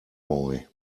boy